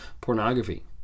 pornography